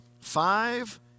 five